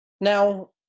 Now